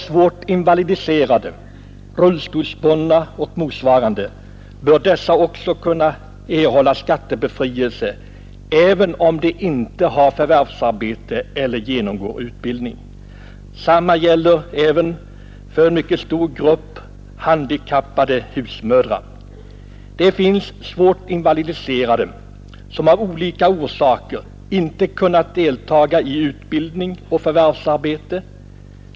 Svårt invalidiserade personer — rullstolsbundna och motsvarande — bör kunna erhålla skattebefrielse, även om de inte har förvärvsarbete eller genomgår utbildning. Jag tänker även bl.a. på en mycket stor grupp handikappade husmödrar. Det finns svårt invalidiserade, som av olika orsaker inte kunnat delta i utbildning eller förvärvsarbete.